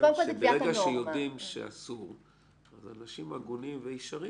ברגע שיודעים שאסור אז אנשים הגונים וישרים